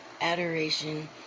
adoration